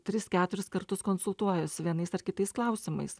tris keturis kartus konsultuojuos vienais ar kitais klausimais